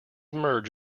merge